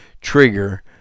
trigger